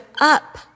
up